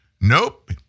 Nope